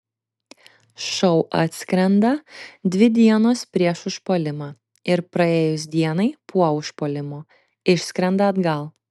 šou atskrenda dvi dienos prieš užpuolimą ir praėjus dienai po užpuolimo išskrenda atgal